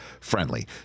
friendly